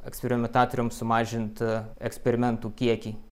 eksperimentatoriam sumažint eksperimentų kiekį